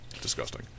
disgusting